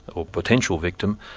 or potential victim,